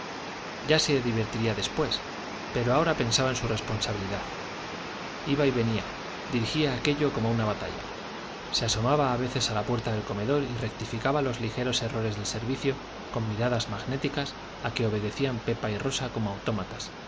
ya se divertiría después pero ahora pensaba en su responsabilidad iba y venía dirigía aquello como una batalla se asomaba a veces a la puerta del comedor y rectificaba los ligeros errores del servicio con miradas magnéticas a que obedecían pepa y rosa como autómatas